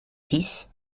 fils